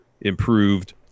improved